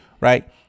Right